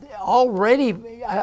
already